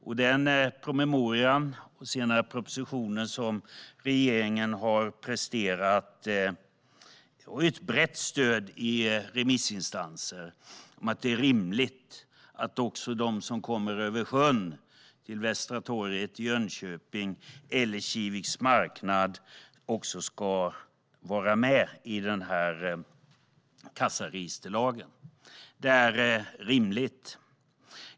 Den proposition, som föregicks av en promemoria, som regeringen har presterat har ett brett stöd bland remissinstanserna. Det anses rimligt att också de som kommer över sjön till Västra torget i Jönköping eller till Kiviks marknad ska omfattas av kassaregisterlagen. Det är rimligt.